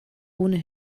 ohne